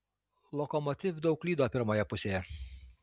lokomotiv daug klydo pirmoje pusėje